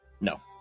No